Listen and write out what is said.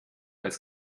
als